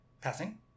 passing